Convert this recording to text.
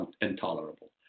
intolerable